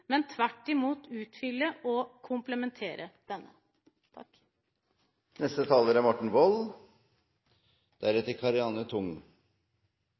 men tvert imot utfylle og komplementere